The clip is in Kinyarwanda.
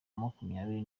makumyabiri